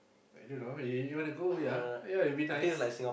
I don't know you you want to go ya ya it'll be nice